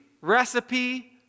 recipe